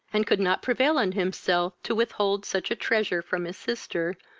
and could not prevail on himself to with-hold such a treasure from his sister,